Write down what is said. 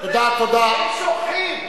הם שוכחים,